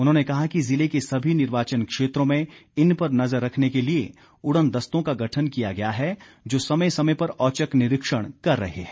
उन्होंने कहा कि जिले के सभी निर्वाचन क्षेत्रों में इन पर नजर रखने के लिए उडनदस्तों का गठन किया गया है जो समय समय पर औचक निरीक्षण कर रहे हैं